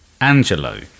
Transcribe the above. Angelo